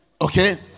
Okay